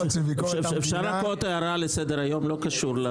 אפשר לתת הערה לסדר היום שלא קשורה לזה?